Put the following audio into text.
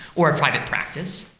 or a private practice,